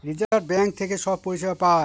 reserve bank থেকে সব পরিষেবা পায়